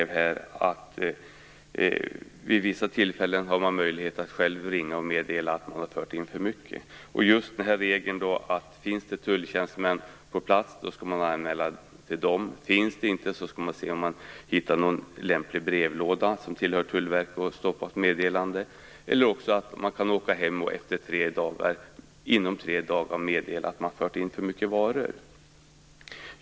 Vid vissa tillfällen har man möjlighet att själv ringa och meddela att man har fört in för mycket. Regeln är att finns det tulltjänstemän på plats skall man anmäla till dem, finns det inte någon skall man hitta en lämplig brevlåda som tillhör tullverket och stoppa ett meddelande där, eller också kan man åka hem och inom tre dagar meddela att man fört in för mycket varor.